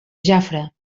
jafre